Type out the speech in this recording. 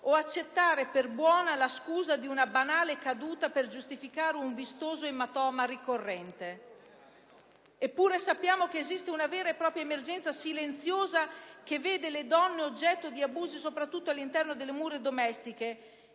o accettare per buona la scusa di una banale caduta per giustificare un vistoso ematoma ricorrente. Eppure, sappiamo che esiste una vera e propria emergenza silenziosa che vede le donne oggetto di abusi soprattutto all'interno delle mura domestiche.